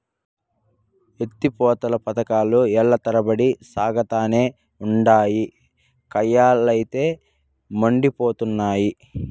ఎత్తి పోతల పదకాలు ఏల్ల తరబడి సాగతానే ఉండాయి, కయ్యలైతే యెండిపోతున్నయి